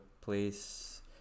place